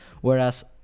whereas